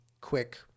quick